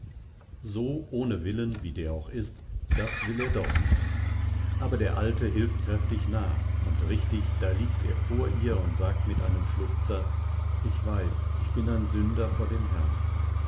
so ohne willen wie der auch ist das will er doch nicht aber der alte hilft kräftig nach und richtig da liegt er vor ihr und sagt mit einem schluchzer ich weiß ich bin ein sünder vor dem herrn